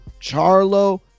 charlo